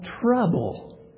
trouble